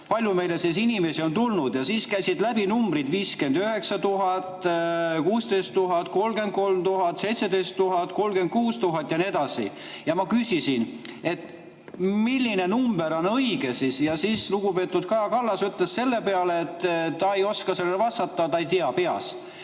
palju inimesi on [siia] tulnud. Ja siit käisid läbi numbrid 59 000, 16 000, 33 000, 17 000, 36 000 ja nii edasi. Ma küsisin, milline number on õige. Ja lugupeetud Kaja Kallas ütles selle peale, et ta ei oska sellele vastata, ta ei tea peast.